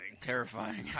Terrifying